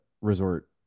resort